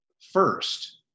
first